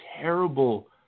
terrible